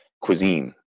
cuisine